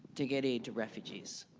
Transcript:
to get aid to refugees,